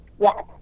Yes